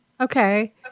Okay